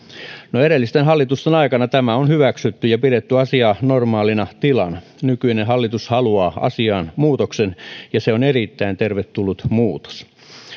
no edellisten hallitusten aikana tämä on hyväksytty ja pidetty asiaa normaalina tilana nykyinen hallitus haluaa asiaan muutoksen ja se on erittäin tervetullut muutos